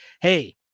hey